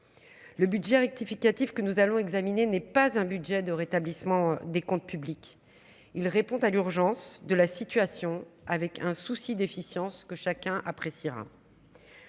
le budget rectificatif que nous allons examiner n'est pas un budget de rétablissement des comptes publics, il répond à l'urgence de la situation avec un souci d'efficience que chacun appréciera,